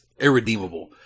irredeemable